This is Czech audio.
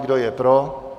Kdo je pro?